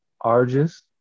Argus